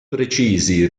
precisi